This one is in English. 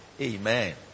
Amen